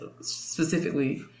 specifically